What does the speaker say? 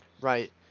Right